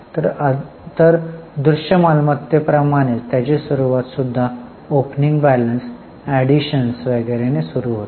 तर दृश्यमालमत्ते प्रमाणेच त्याची सुरूवात सुद्धा ओपनिंग बॅलन्स अॅडिशन्स वगैरे ने सुरू होते